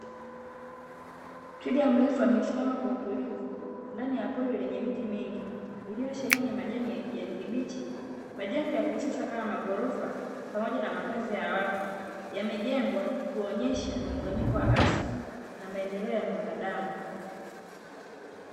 Twiga mrefu amesimama kwa utulivu, ndani ya pori lenye miti mingi, lililosheheni majani ya kijani kibichi. Majengo ya kisasa kama maghorofa pamoja na makazi ya watu, yamejengwa kuonyesha muunganiko wa asili na maendeleo ya mwanadamu.